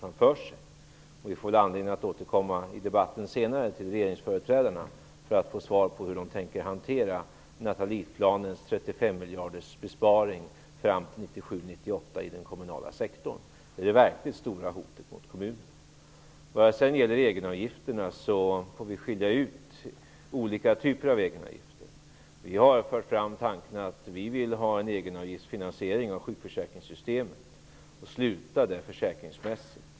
Vi får väl anledning att senare i debatten återkomma till regeringsföreträdarna för att få svar på hur de tänker hantera Nathalieplanens besparingar på 35 miljarder fram till 1997/98 i den kommunala sektorn. Det är det verkligt stora hotet mot kommunerna. De olika typerna av egenavgifter måste skiljas ut. Vi har fört fram tanken att sjukförsäkringssystemet skall finansieras med hjälp av egenavgifter.